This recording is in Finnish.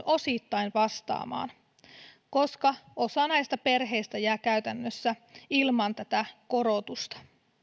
osittain vastaamaan koska osa näistä perheistä jää käytännössä ilman tätä korotusta